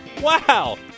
Wow